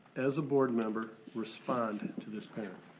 as a board member, respond to this parent?